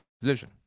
position